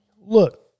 Look